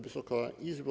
Wysoka Izbo!